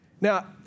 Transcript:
Now